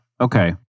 okay